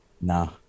No